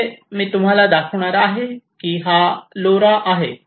येथे आपल्याकडे मी तुम्हाला दाखवणार आहे की हा लोरा आहे